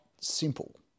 simple